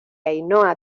ainhoa